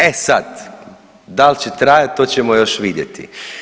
E sad, da li će trajati, to ćemo još vidjeti.